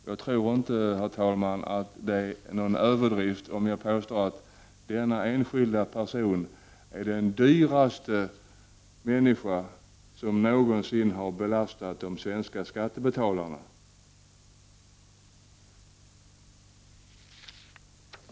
Jag tror inte, herr talman, att jag överdriver om jag påstår att denna enskilda person är den dyraste människa som någonsin har belastat de svenska skattebetalarna.